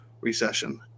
recession